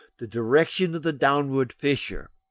the direction of the downward fissure.